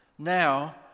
Now